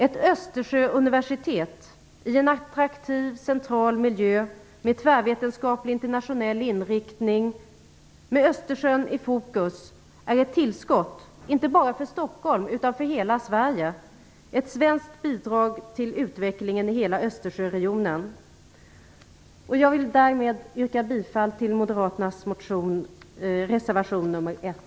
Ett Östersjöuniversitet i en attraktiv central miljö med tvärvetenskaplig internationell inriktning, med Östersjön i fokus, är ett tillskott inte bara för Stockholm utan för hela Sverige - ett svenskt bidrag till utvecklingen i hela Östersjöregionen. Jag vill därmed yrka bifall till moderaternas reservation nr 1.